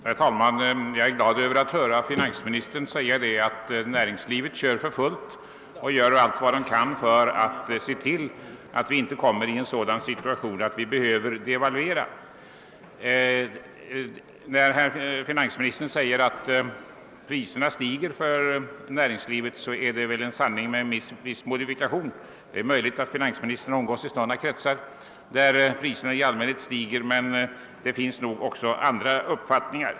Herr talman! Jag är glad över att höra finansministern säga att näringslivet kör för fullt och att man gör allt för att vi inte skall komma i situationen att behöva devalvera. Men när finansministern säger att priserna stiger för näringslivet, så är det en sanning med modifikation. Det är möjligt att finansministern umgås i sådana kretsar där priserna stiger, men det finns ackså andra uppfattningar.